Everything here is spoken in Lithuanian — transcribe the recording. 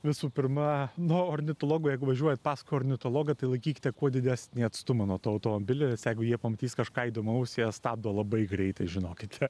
visų pirma nuo ornitologo jeigu važiuojat paskui ornitologą tai laikykite kuo didesnį atstumą nuo to automobilio nes jeigu jie pamatys kažką įdomaus jie stabdo labai greitai žinokite